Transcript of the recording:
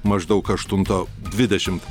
maždaug aštuntą dvidešimt